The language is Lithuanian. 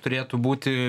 turėtų būti